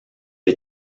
est